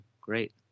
Great